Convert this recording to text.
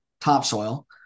Topsoil